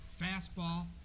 Fastball